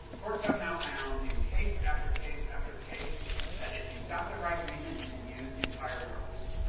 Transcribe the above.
courts have now found in case after case after case that if you've got the right reason you can use entire works,